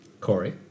Corey